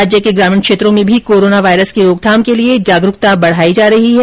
राज्य के ग्रामीण क्षेत्रों में भी कोरोना वायरस की रोकथाम के लिए जागरूकता बढाई जा रही है